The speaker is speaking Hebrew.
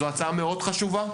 זו הצעה חשובה מאוד.